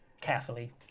carefully